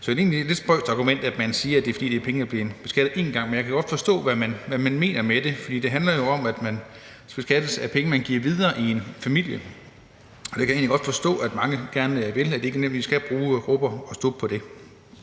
Så det er egentlig et lidt spøjst argument, at man siger, at det er, fordi det er penge, der er blevet beskattet én gang. Men jeg kan godt forstå, hvad man mener med det, fordi det jo handler om, at man beskattes af penge, man giver videre i en familie. Det kan jeg egentlig godt forstå at mange gerne vil, og at de ikke nødvendigvis skal bruge rub og stub på det,